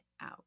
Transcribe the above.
out